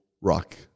rock